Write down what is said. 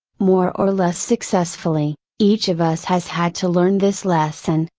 more or less successfully, each of us has had to learn this lesson,